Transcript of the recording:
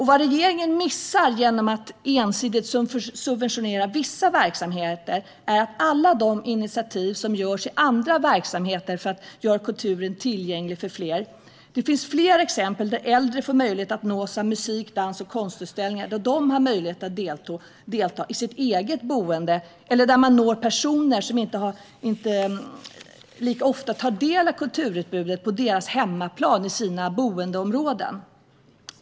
Vad regeringen missar genom att ensidigt subventionera vissa verksamheter är alla de initiativ som tas i andra verksamheter för att göra kulturen tillgänglig för fler. Det finns flera exempel. Äldre kan nås av musik, dans och konstutställningar där de har möjlighet att delta: i sitt eget boende. Och man når personer som inte så ofta tar del av kulturutbudet på deras hemmaplan i deras bostadsområden.